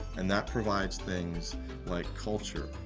and that provides things like culture,